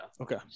okay